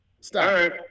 stop